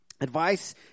Advice